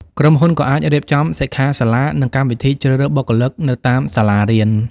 ក្រុមហ៊ុនក៏អាចរៀបចំ សិក្ខាសាលា និងកម្មវិធីជ្រើសរើសបុគ្គលិកនៅតាមសាលារៀន។